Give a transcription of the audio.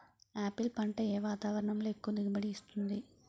Apple పంట ఏ వాతావరణంలో ఎక్కువ దిగుబడి ఇస్తుంది?